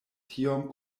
tiom